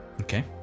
Okay